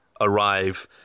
arrive